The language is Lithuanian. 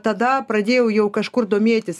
tada pradėjau jau kažkur domėtis